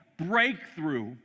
Breakthrough